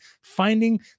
finding